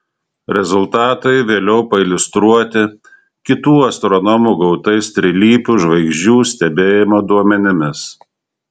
rezultatai vėliau pailiustruoti kitų astronomų gautais trilypių žvaigždžių stebėjimo duomenimis